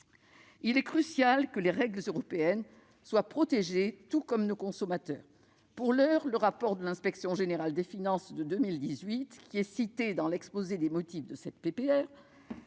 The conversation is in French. Il est crucial que les règles européennes soient protégées, tout comme nos consommateurs. Pour l'heure, le rapport de 2018 de l'inspection générale des finances, cité dans l'exposé des motifs de cette